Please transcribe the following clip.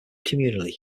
communally